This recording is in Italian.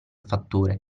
fattore